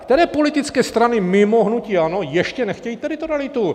Které politické strany mimo hnutí ANO ještě nechtějí teritorialitu?